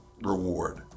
reward